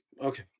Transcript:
Okay